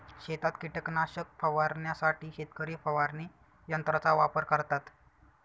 शेतात कीटकनाशक फवारण्यासाठी शेतकरी फवारणी यंत्राचा वापर करतात